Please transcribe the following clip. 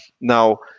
Now